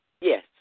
Yes